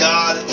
God